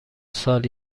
سال